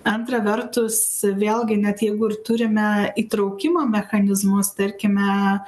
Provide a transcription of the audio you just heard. antra vertus vėlgi net jeigu ir turime įtraukimo mechanizmus tarkime